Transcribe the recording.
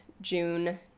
june